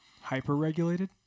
Hyper-regulated